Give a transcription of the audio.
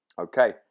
Okay